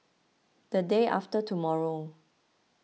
the day after tomorrow